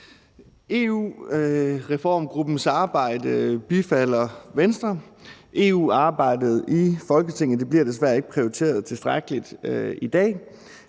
EU-reformgruppens arbejde. EU-arbejdet i Folketinget bliver desværre ikke prioriteret tilstrækkeligt i dag,